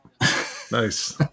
Nice